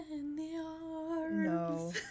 No